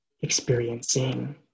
experiencing